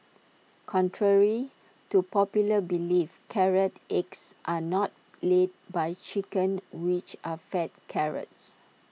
contrary to popular belief carrot eggs are not laid by chickens which are fed carrots